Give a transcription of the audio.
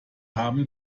haben